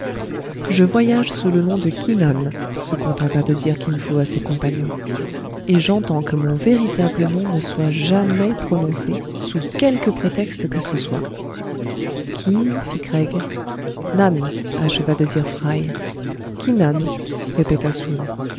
je voyage sous le nom de ki nan se contenta de dire kin fo à ses compagnons et j'entends que mon véritable nom ne soit jamais prononcé sous quelque prétexte que ce soit ki fit craig nan acheva de dire fry ki nan répéta